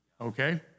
okay